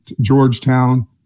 Georgetown